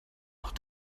noch